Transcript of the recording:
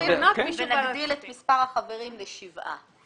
ונגדיל את מספר החברים לשבעה.